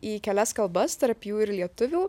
į kelias kalbas tarp jų ir lietuvių